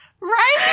right